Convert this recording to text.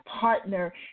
partner